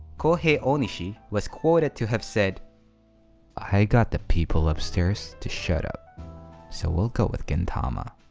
kouhei onishi was quoted to have said i got the people upstairs to shut up so we'll go with gin tama,